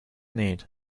need